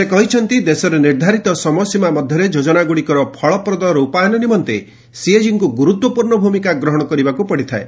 ସେ କହିଛନ୍ତି ଦେଶରେ ନିର୍ଦ୍ଧାରିତ ସମୟସୀମା ମଧ୍ୟରେ ଯୋଜନାଗୁଡ଼ିକର ଫଳପ୍ରଦ ରୂପାୟନ ନିମନ୍ତେ ସିଏଜିଙ୍କୁ ଗୁରୁତ୍ୱପୂର୍ଣ୍ଣ ଭୂମିକା ଗ୍ରହଣ କରିବାକୁ ପଡ଼ିଥାଏ